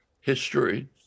history